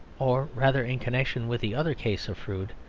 or rather in connection with the other case of froude,